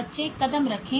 बच्चे कदम रखें